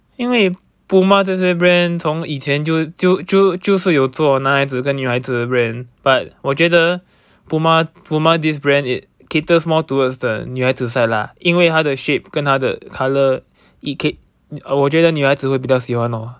因为 Puma 这些 brand 从以前就就就就是有做男孩子跟女孩子的 brand but 我觉得 Puma Puma this brand it caters more towards the 女孩子 side lah 因为它的 shape 跟它的 color it cat~ 我觉得女孩子会比较喜欢 lor